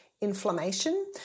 inflammation